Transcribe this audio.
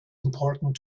important